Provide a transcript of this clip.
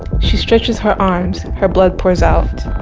she stretches her arms her blood pours out